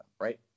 right